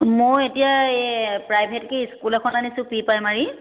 মই এতিয়া এই প্ৰাইভেটকে স্কুল এখন আনিছোঁ প্ৰি প্ৰাইমাৰী